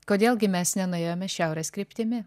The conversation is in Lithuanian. kodėl gi mes nenuėjome šiaurės kryptimi